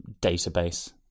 database